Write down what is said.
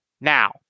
Now